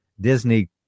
Disney